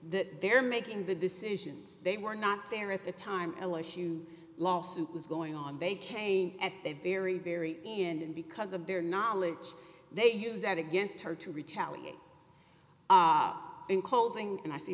that they're making the decisions they were not there at the time ellis you lawsuit was going on they came at the very very and because of their knowledge they use that against her to retaliate in closing and i see